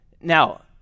Now